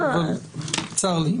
צר לי,